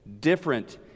different